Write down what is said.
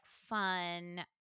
fun